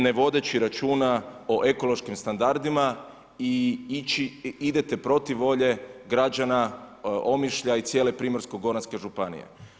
Ne vodeći računa o ekološkim standardima i idete protiv volje građana Omišlja i cijele Primorsko-goranske županije.